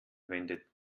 wendet